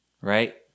Right